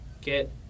get